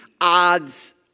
odds